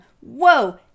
Whoa